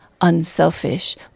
unselfish